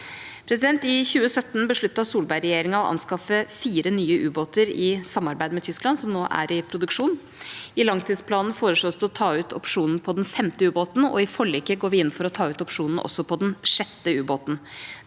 I 2017 besluttet Solberg-regjeringa å anskaffe fire nye ubåter i samarbeid med Tyskland, som nå er i produksjon. I langtidsplanen foreslås det å ta ut opsjonen på den femte ubåten, og i forliket går vi inn for å ta ut opsjonen også på den sjette ubåten.